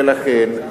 ולכן,